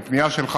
וגם מפנייה שלך,